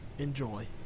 enjoy